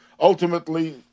Ultimately